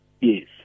Yes